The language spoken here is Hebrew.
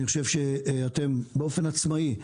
אני חושב שאתם באופן עצמאי,